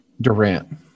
Durant